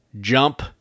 jump